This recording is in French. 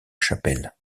chapelle